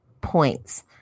points